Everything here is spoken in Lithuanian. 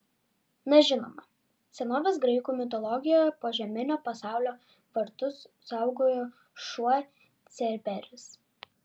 na žinoma senovės graikų mitologijoje požeminio pasaulio vartus saugojo šuo cerberis